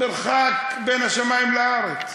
מרחק בין שמים לארץ.